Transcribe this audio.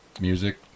music